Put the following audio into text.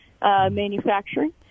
manufacturing